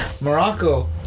Morocco